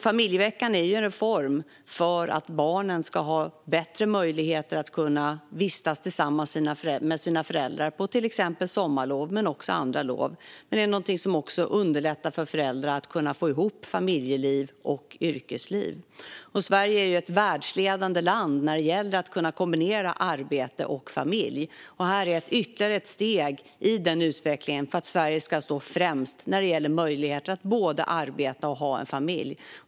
Familjeveckan är en reform för att barnen ska ha bättre möjligheter att vistas tillsammans med sina föräldrar på till exempel sommarlov, men också andra lov. Den är någonting som också underlättar för föräldrar att kunna få ihop familjeliv och yrkesliv. Sverige är ett världsledande land när det gäller att kunna kombinera arbete och familj. Detta är ytterligare ett steg i utvecklingen för att Sverige ska stå främst när det gäller möjligheter att både arbeta och ha en familj.